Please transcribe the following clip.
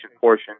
portion